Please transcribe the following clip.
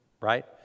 right